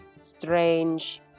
strange